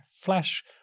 flash